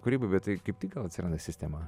kūrybai bet tai kaip tik gal atsiranda sistema